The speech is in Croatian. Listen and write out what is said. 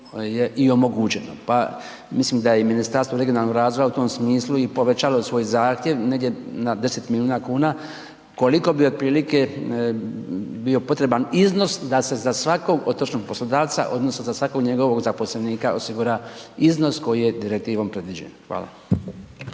i omogućeno pa mislim da je i Ministarstvo regionalnog razvoja u tom smislu i povećalo svoj zahtjev negdje na 10 milijuna kuna, koliko bi otprilike bio potreban iznos da se za svakog otočnog poslodavca odnosno za svakog njegovog zaposlenika osigura iznos koji je direktivom predviđen, hvala.